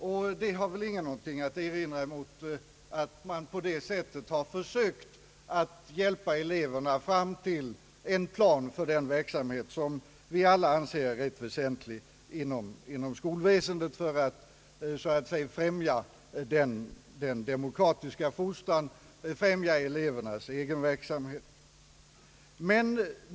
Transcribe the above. Ingen har väl någonting att erinra mot detta försök att hjälpa eleverna fram till en plan för den verksamhet som vi alla anser rätt väsentlig inom skolväsendet för att främja den demokratiska fostran och elevernas egenverksamhet.